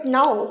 now